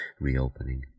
reopening